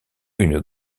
une